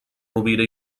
rovira